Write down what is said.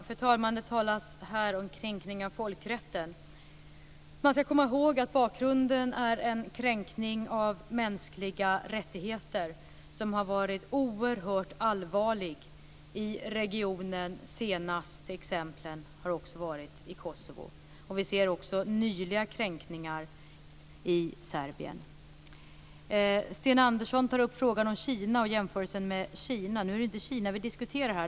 Fru talman! Det talas här om kränkning av folkrätten. Man ska komma ihåg att bakgrunden är en oerhört allvarlig kränkning av mänskliga rättigheter i regionen. De senaste exemplen har skett i Kosovo. Vi ser också nyliga kränkningar i Serbien. Sten Andersson tar upp jämförelsen med Kina. Nu är det inte Kina vi diskuterar.